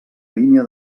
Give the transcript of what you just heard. línia